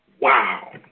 Wow